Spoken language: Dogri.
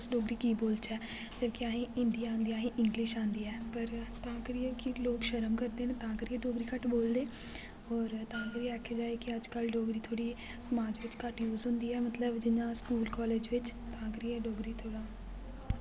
अस डोगरी की बोलचै क्योंकि अहें हिन्दी आंदी ऐ अहें गी इंग्लिश आंदी ऐ पर तां करियै लोक शर्म करदे न तां करियै डोगरी घट्ट बोलदे न होर तां करियै आखेआ जाए कि अज्जकल डोगरी थोह्ड़ी समाज बिच्च घट्ट यूज़ होंदी ऐ मतलब जि'यां स्कूल कालेज बिच्च बिच्च तां करियै डोगरी थोह्ड़ा